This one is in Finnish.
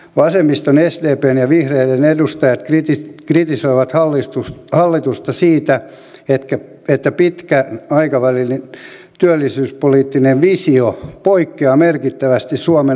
vasemmiston sdpn ja vihreiden edustajat kritisoivat hallitusta siitä että pitkän aikavälin työllisyyspoliittinen visio poikkeaa merkittävästi suomen aikaisemmasta linjasta